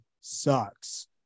sucks